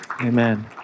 Amen